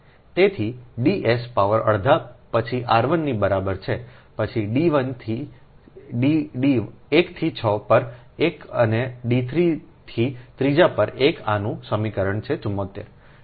તેથી D s power અડધા પછી r1 ની બરાબર છે પછી D 1 થી 6 પર 1 અને D 3 થી ત્રીજી પર 1 આનું સમીકરણ છે 74